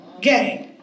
gang